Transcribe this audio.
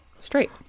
straight